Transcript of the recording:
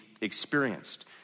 experienced